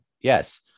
yes